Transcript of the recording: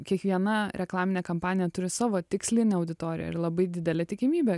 kiekviena reklaminė kampanija turi savo tikslinę auditoriją ir labai didelė tikimybė